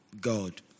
God